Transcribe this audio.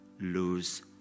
lose